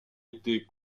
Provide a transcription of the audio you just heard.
été